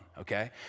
okay